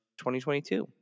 2022